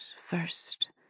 first